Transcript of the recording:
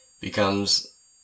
becomes